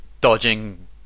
dodging